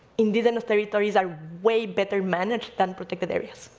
indigenous territories are way better managed than protected areas,